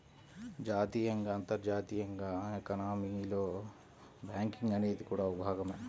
జాతీయంగా, అంతర్జాతీయంగా ఎకానమీలో బ్యాంకింగ్ అనేది కూడా ఒక భాగమే